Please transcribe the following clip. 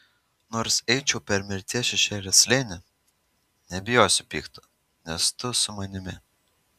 nors eičiau per mirties šešėlio slėnį nebijosiu pikto nes tu su manimi